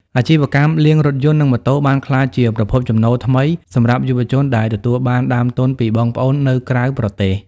អាជីវកម្មលាងរថយន្ត និងម៉ូតូបានក្លាយជាប្រភពចំណូលថ្មីសម្រាប់យុវជនដែលទទួលបានដើមទុនពីបងប្អូននៅក្រៅប្រទេស។